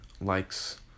likes